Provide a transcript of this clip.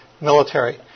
military